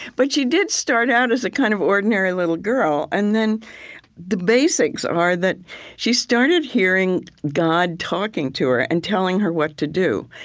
but she did start out as a kind of ordinary little girl. and then the basics are that she started hearing god talking to her and telling her what to do.